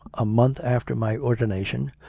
a month after my ordina tion,